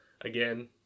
Again